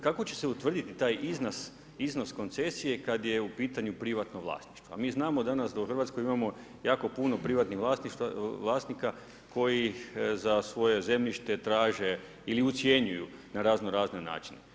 Kako će se utvrditi taj iznos koncesije kad je u pitanju privatno vlasništvo, a mi znamo danas da u Hrvatskoj imamo jako puno privatnih vlasnika koji za svoje zemljište traže ili ucjenjuju na razno razne načine.